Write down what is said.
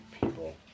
people